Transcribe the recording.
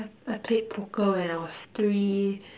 I I played poker when I was three